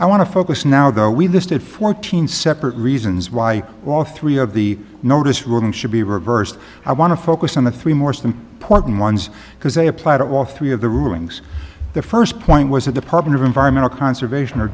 to focus now there we listed fourteen separate reasons why all three of the notice ruling should be reversed i want to focus on the three morse important ones because they apply to all three of the rulings the first point was the department of environmental conservation or